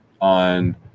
on